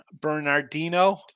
Bernardino